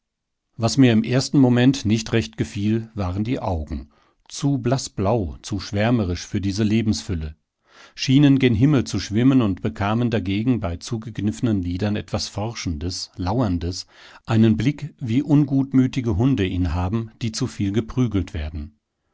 was mir im ersten moment nicht recht gefiel waren die augen zu blaßblau zu schwärmerisch für diese lebensfülle schienen gen himmel zu schwimmen und bekamen dagegen bei zugekniffenen lidern etwas forschendes lauerndes einen blick wie ungutmütige hunde ihn haben die zu viel geprügelt werden